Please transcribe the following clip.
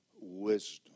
wisdom